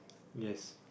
yes